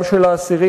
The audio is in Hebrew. גם של האסירים,